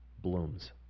blooms